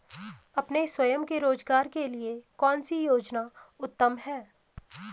अपने स्वयं के रोज़गार के लिए कौनसी योजना उत्तम है?